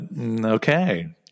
okay